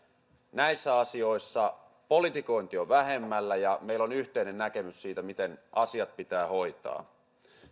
näissä asioissa politikointi on vähemmällä ja meillä on yhteinen näkemys siitä miten asiat pitää hoitaa